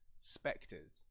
spectres